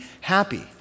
happy